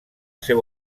seu